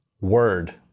word